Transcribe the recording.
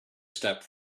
step